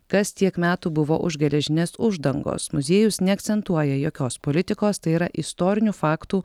kas tiek metų buvo už geležinės uždangos muziejus neakcentuoja jokios politikos tai yra istorinių faktų